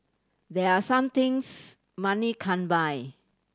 there are some things money can't buy